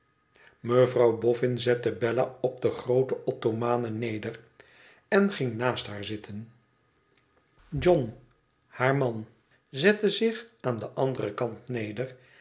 mevrouw bofifin zette bella op de groote ottomane neder en ging naast haar zitten john haar man zette zich aan den anderen kant